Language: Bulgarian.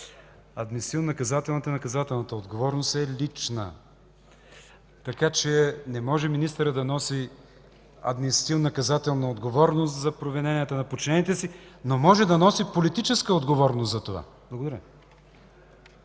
и наказателната отговорност е лична. Не може министърът да носи административнонаказателна отговорност за провиненията на подчинените си, но може да носи политическа отговорност за това. Благодаря.